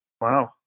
Wow